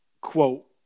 quote